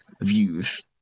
views